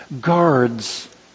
guards